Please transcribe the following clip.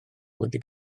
wedi